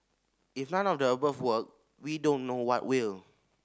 if none of the above work we don't know what will